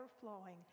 flowing